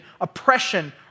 oppression